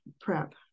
prep